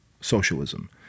socialism